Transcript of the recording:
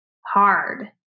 hard